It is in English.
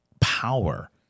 power